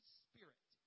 spirit